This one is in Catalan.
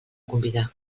convidar